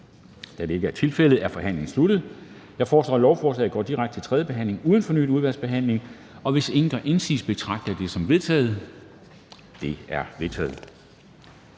Da det ikke er tilfældet, er forhandlingen sluttet. Jeg foreslår, at lovforslaget går direkte til tredje behandling uden fornyet udvalgsbehandling. Hvis ingen gør indsigelse, betragter jeg det som vedtaget. Det er vedtaget.